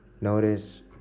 notice